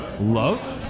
Love